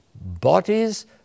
bodies